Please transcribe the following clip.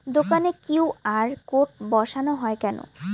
দোকানে QR code বসানো হয় কেন?